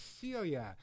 Celia